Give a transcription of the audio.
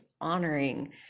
honoring